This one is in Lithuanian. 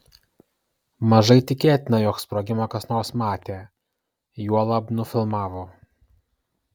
mažai tikėtina jog sprogimą kas nors matė juolab nufilmavo